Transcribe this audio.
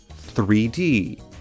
3D